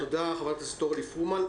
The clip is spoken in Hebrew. תודה חברת הכנסת אורלי פרומן.